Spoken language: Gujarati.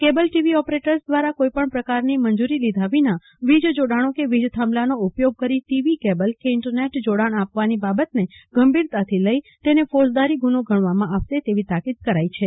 કેબલ ટીવી ઓપરેટર્સ દ્રારા કોઈપણ પ્રકારની મંજુરી લીધા વિના વીજ જોડાણો કે વીજથાંભલાનો ઉપયોગ કરીને ટીવી કેબલ કે ઈન્ટરનેટ જોડાણ આપવાની બાબતને ગંભીરતાથી લઈ તેને ફોજદારી ગુનો ગણવા જાહેરનામામાં તાકીદ કરાઈ છે